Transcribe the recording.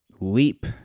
leap